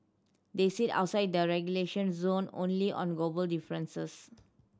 they sit outside the relegation zone only on goal difference